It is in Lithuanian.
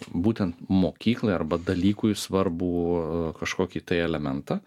būtent mokyklai arba dalykui svarbų kažkokį tai elementą